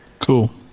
Cool